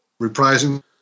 reprising